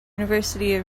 university